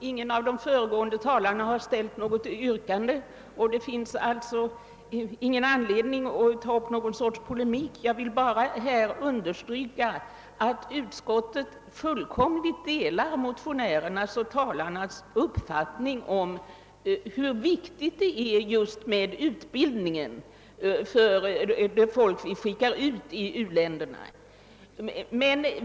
Herr talman! Här har endast yrkats bifall till utskottets hemställan, varför det alltså inte finns någon anledning för mig att ingå i någon sorts polemik. Jag vill bara understryka att utskottet fullkomligt delar motionärernas och talarnas uppfattning om hur viktigt det är just med utbildningen av det folk vi skickar till u-länderna.